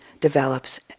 develops